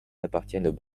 appartiennent